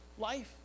life